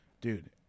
dude